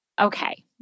Okay